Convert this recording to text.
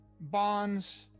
bonds